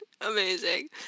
Amazing